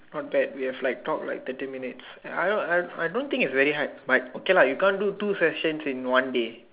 not bad we have like talked like thirty minutes I don't I I don't think it's very hard but okay lah you can't do two sessions in one day